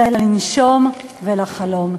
אלא לנשום ולחלום.